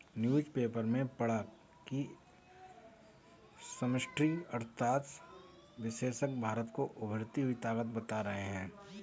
newspaper में पढ़ा की समष्टि अर्थशास्त्र विशेषज्ञ भारत को उभरती हुई ताकत बता रहे हैं